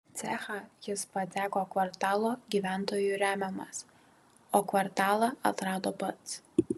cechą jis pateko kvartalo gyventojų remiamas o kvartalą atrado pats